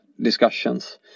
discussions